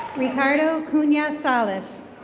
ricardo kunyasalis.